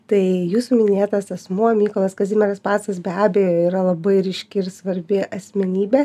tai jūsų minėtas asmuo mykolas kazimieras pacas be abejo yra labai ryški ir svarbi asmenybė